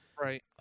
right